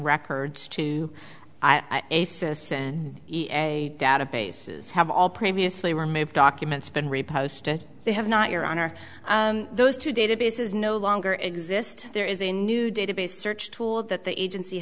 records to databases have all previously removed documents been reposed they have not your honor those two databases no longer exist there is a new database search tool that the agency